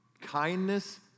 Kindness